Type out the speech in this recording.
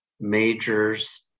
majors